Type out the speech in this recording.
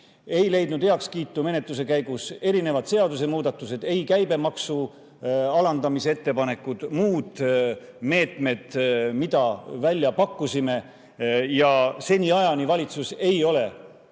Ei leidnud heakskiitu menetluse käigus erinevad seadusemuudatused, ei käibemaksu alandamise ettepanekud ega muud meetmed, mida välja pakkusime. Seniajani ei ole